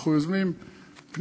אנחנו יוזמים פניות,